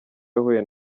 yahuye